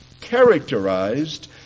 Characterized